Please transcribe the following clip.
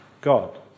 God